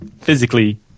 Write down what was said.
physically